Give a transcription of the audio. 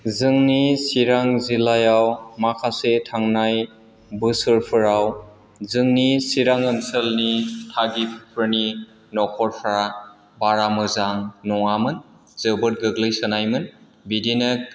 जोंनि चिरां जिल्लायाव माखासे थांनाय बोसोरफोराव जोंनि चिरां ओनसोलनि थागिबिफोरनि न'खरफ्रा बारा मोजां नङामोन जोबोद गोग्लैसोनायमोन बिदिनो